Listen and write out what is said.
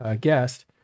guest